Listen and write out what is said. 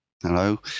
Hello